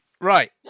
Right